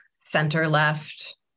center-left